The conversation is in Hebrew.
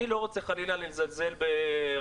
אני לא רוצה חלילה לזלזל בריאליטי,